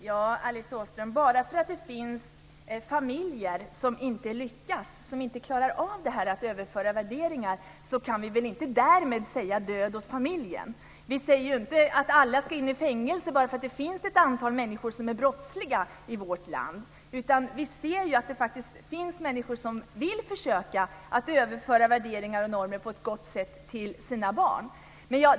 Fru talman! Bara därför att det finns familjer som inte lyckas och inte klarar av att överföra värderingar kan vi väl inte därmed säga: Död åt familjen. Vi säger inte att alla ska in i fängelse bara därför att det finns ett antal människor som är brottsliga i vårt land. Vi ser att det finns människor som vill försöka att överföra värderingar och normer på ett gott sätt till sina barn.